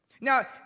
Now